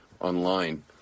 online